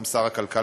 היום שר הכלכלה.